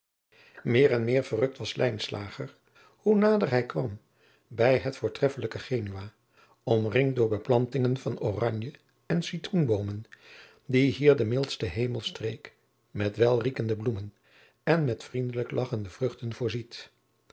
meer en meer verrukt was lijnslager hoe nader hij kwam bij het voortreffelijke genua omringd door beplantingen van oranje en citroenboomen die hier de mildste hemelstreek met welriekende bloemen en met vriendelijk lagchende vruchten voorziet